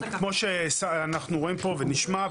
כמו שראינו פה ונשמע,